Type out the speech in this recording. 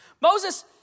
Moses